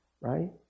right